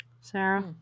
Sarah